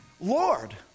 Lord